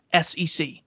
SEC